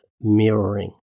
mirroring